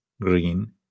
green